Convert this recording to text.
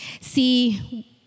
See